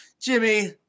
Jimmy